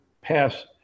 pass